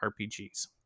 rpgs